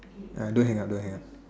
uh don't hang up don't hang up